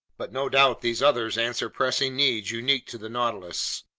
but no doubt these others answer pressing needs unique to the nautilus.